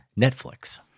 netflix